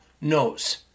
knows